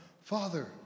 Father